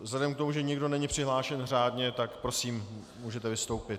Vzhledem k tomu, že nikdo není přihlášen řádně, tak prosím, můžete vystoupit.